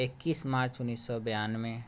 एक्कीस मार्च उन्नीस सए बेरानबे